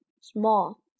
small